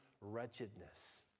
wretchedness